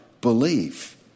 believe